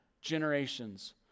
generations